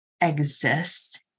exist